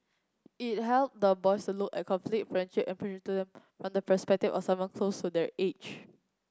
it help the boys look at conflict friendship and prejudice from the perspective of someone close to their age